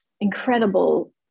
incredible